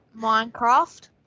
Minecraft